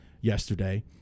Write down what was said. yesterday